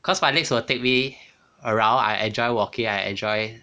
cause my legs will take me around I enjoy walking I enjoy